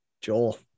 Joel